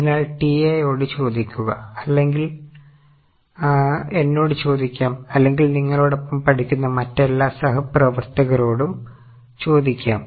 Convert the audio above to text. അതിനാൽ TA യോട് ചോദിക്കുക അല്ലെങ്കിൽ എന്നോട് ചോദിക്കാം അല്ലെങ്കിൽ നിങ്ങളോടൊപ്പം പഠിക്കുന്ന മറ്റെല്ലാ സഹപ്രവർത്തകരോടും ചോദിക്കാം